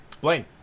Blaine